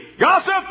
Gossip